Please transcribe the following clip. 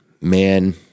man